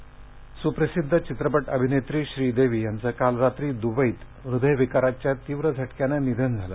श्रीदेवीः स्प्रसिध्द चित्रपट अभिनेत्री श्रीदेवी यांचं काल रात्री द्वईत हृदयविकाराच्या तीव्र झटक्यानं निधन झालं